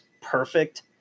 perfect